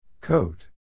Coat